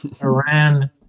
Iran-